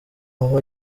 aho